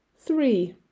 three